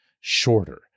shorter